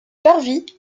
parvis